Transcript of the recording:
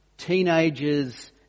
Teenagers